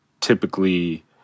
typically